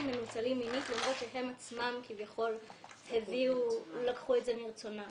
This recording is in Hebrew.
מנוצלות מינית למרות שהן עצמן לקחו את זה מרצונן.